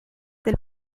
del